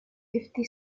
fifty